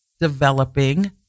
developing